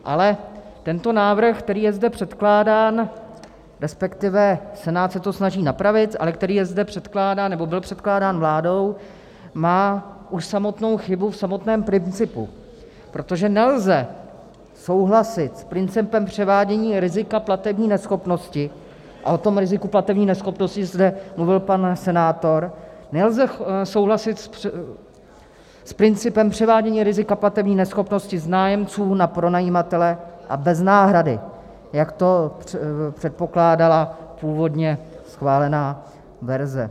Ale tento návrh, který je zde předkládán, resp. Senát se to snaží napravit, ale který je zde předkládán, nebo byl předkládán vládou, má už samotnou chybu v samotném principu, protože nelze souhlasit s principem převádění rizika platební neschopnosti, a o tom riziku platební neschopnosti zde mluvil pan senátor, nelze souhlasit s principem převádění rizika platební neschopnosti z nájemců na pronajímatele, a bez náhrady, jak to předpokládala původně schválená verze.